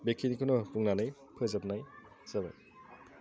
बेखिनिखोनो बुंनानै फोजोबनाय जाबाय